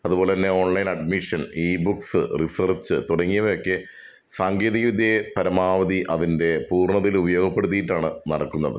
അതുപോലെ തന്നെ online admission e books research തുടങ്ങിയവയൊക്കെ സാങ്കേതിക വിദ്യയെ പരമാവധി അതിൻ്റെ പൂർണതയിൽ ഉപയോഗപ്പെടുത്തിയിട്ടാണ് നടക്കുന്നത്